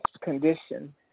condition